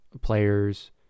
players